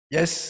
Yes